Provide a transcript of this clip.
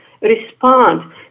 respond